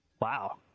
wow